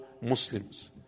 Muslims